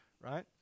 right